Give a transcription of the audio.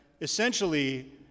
essentially